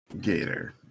Gator